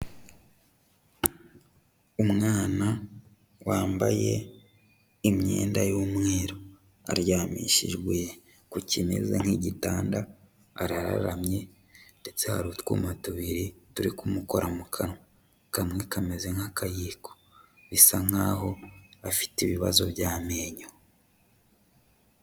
Umwana wambaye imyenda y'umweru aryamishijwe ku kimeze nk'igitanda, arararamye ndetse hari utwuma tubiri turi kumukora mu kanwa, kamwe kameze nk'akayiko, bisa nkaho afite ibibazo by'amenyo.